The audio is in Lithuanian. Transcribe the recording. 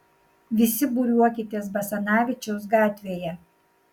visi būriuokitės basanavičiaus gatvėje